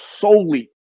solely